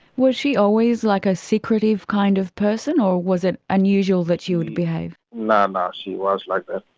was she always like a secretive kind of person or was it unusual that she would behave? no, no, um ah she was like that.